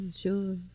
Sure